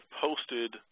posted